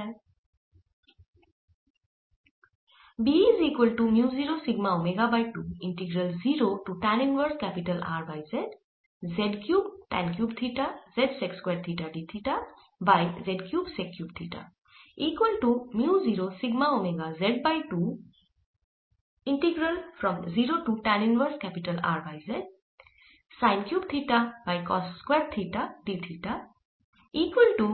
আমি